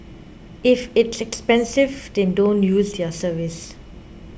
if it's expensive then don't use their service